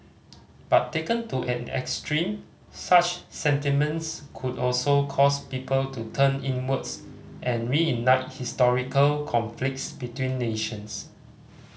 but taken to an extreme such sentiments could also cause people to turn inwards and reignite historical conflicts between nations